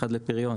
אחד לפריון